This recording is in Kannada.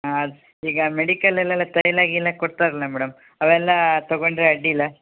ಹಾಂ ಈಗ ಮೆಡಿಕಲ್ ಅಲ್ಲೆಲ್ಲ ತೈಲ ಗಿಲ ಕೊಡ್ತಾರಲ್ಲ ಮೇಡಮ್ ಅವೆಲ್ಲಾ ತಗೊಂಡರೆ ಅಡ್ಡಿಯಿಲ್ಲ